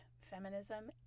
Feminism